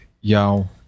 Yo